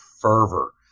fervor